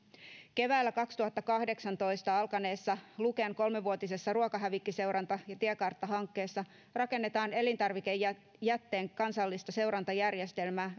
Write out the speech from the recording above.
keväällä kaksituhattakahdeksantoista alkaneessa luken kolmevuotisessa ruokahävikkiseuranta ja tiekartta hankkeessa rakennetaan elintarvikejätteen kansallista seurantajärjestelmää